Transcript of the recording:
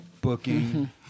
booking